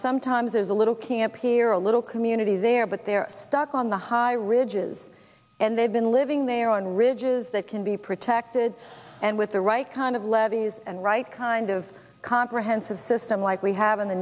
sometimes there's a little camp here a a little community there but they're stuck on the high ridges and they've been living they are on ridges that can be protected and with the right kind of levees and right kind of comprehensive system like we have in the